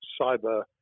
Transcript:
cyber